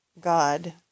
God